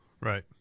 Right